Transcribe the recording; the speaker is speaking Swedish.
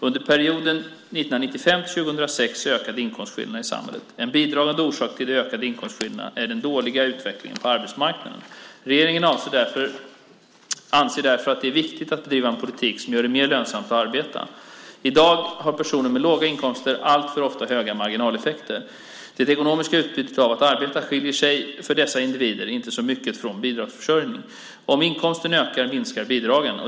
Under perioden 1995-2006 ökade inkomstskillnaderna i samhället. En bidragande orsak till de ökade inkomstskillnaderna är den dåliga utvecklingen på arbetsmarknaden. Regeringen anser därför att det är viktigt att bedriva en politik som gör det mer lönsamt att arbeta. I dag har personer med låga inkomster alltför ofta höga marginaleffekter. Det ekonomiska utbytet av att arbeta skiljer sig för dessa individer inte så mycket från bidragsförsörjning. Om inkomsten ökar minskar bidragen.